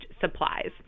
supplies